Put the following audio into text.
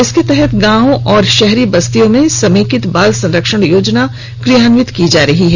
जिसके तहत गांव एवं सहरी बस्तियों में समेकित बाल संरक्षण योजना क्रियान्वित की जा रही है